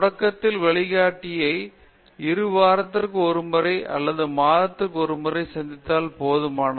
தொடக்கத்தில் வழிகாட்டியை இரு வாரத்திற்கு ஒரு முறை அல்லது மாதம் ஒரு முறை சந்தித்தால் போதுமானது